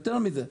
יותר מזה,